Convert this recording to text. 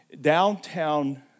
downtown